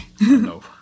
No